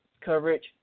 coverage